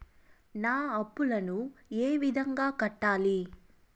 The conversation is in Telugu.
నా అప్పులను ఏ విధంగా కట్టాలి?